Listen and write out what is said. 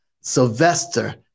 Sylvester